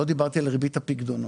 לא על הריבית על הפיקדונות.